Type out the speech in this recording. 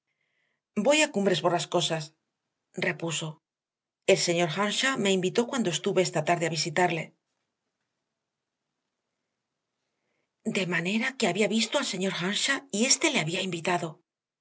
voy a cumbres borrascosas repuso el señor earnshaw me invitó cuando estuve esta tarde a visitarle de manera que había visto al señor earnshaw y éste le había invitado